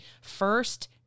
first